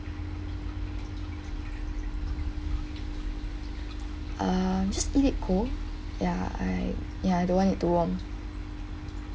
um just eat it cold ya I ya I don't want it to warm